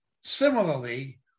Similarly